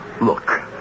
Look